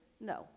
No